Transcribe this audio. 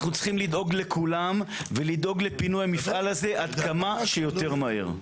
אנחנו צריכים לדאוג לכולם ולדאוג לפינוי המפעל הזה עד כמה שיותר מהר.